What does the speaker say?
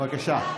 בבקשה.